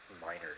minor